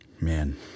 Man